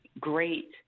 great